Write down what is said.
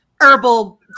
herbal